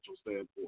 standpoint